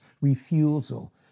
refusal